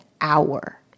hour